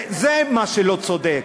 זה מה שלא צודק,